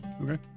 Okay